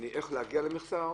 איך להגיע למכסה?